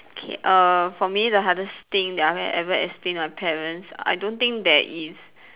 okay err for me the hardest thing that I have ever explain to my parents I don't thing there is